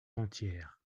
entière